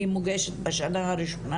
היא מוגשת בשנה הראשונה,